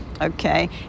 okay